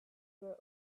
were